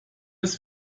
ist